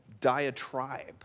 diatribe